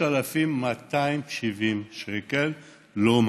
ל-3,270 שקל לא מספיק.